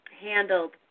handled